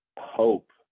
hope